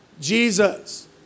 Jesus